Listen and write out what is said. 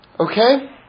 Okay